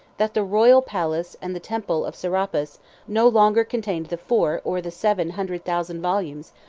that the royal palace and the temple of serapis no longer contained the four, or the seven, hundred thousand volumes,